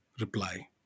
reply